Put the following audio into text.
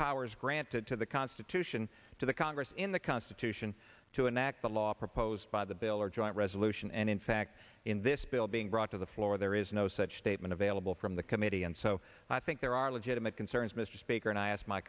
powers granted to the constitution to the congress in the constitution to enact the law proposed by the bill or joint resolution and in in this bill being brought to the floor there is no such statement available from the committee and so i think there are legitimate concerns mr speaker and i asked my